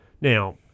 Now